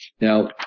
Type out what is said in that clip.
Now